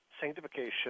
sanctification